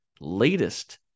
latest